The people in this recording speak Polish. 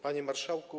Panie Marszałku!